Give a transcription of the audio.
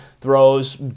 throws